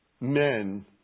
men